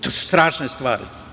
To su strašne stvari.